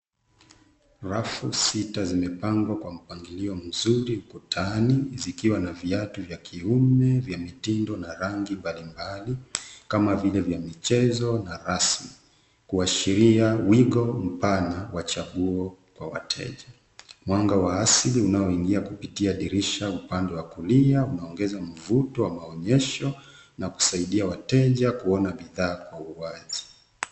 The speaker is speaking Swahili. Rafu sita zimepangwa kwa mpangilio mzuri ukutani, zikiwa na viatu vya kiume vya mitindo na rangi mbali mbali kama vile vya michezo na rasmi kuashiria wiko mpana wa chaguo kwa wateja. Mwanga wa asili unaoingia kupitia dirisha upande wa kulia, unaongeza mvuto wa maonyesho na kusaidia wateja kuona bidhaa kwa uwazi.